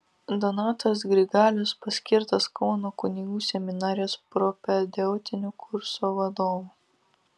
donatas grigalius paskirtas kauno kunigų seminarijos propedeutinio kurso vadovu